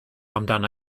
amdana